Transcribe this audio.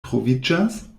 troviĝas